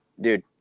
dude